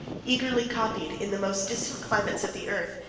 eagerly copied, in the most distant climates of the earth,